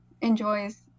enjoys